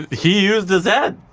he used his head.